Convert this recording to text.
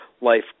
life